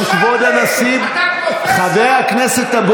חוצפן.